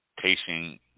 tasting